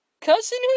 Cousin